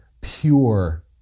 pure